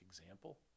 example